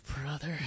brother